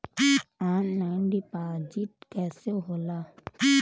Online deposit कैसे होला?